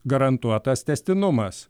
garantuotas tęstinumas